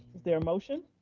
is there a motion?